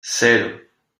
cero